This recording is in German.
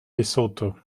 lesotho